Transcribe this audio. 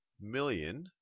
million